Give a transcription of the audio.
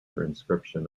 transcription